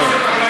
טוב.